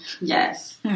Yes